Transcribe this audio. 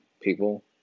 people